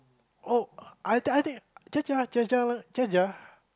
oh I think I think